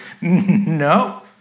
No